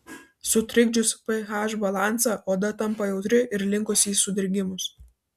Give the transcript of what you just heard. sutrikdžius ph balansą oda tampa jautri ir linkusi į sudirgimus